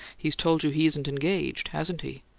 he's told you he isn't engaged, hasn't he?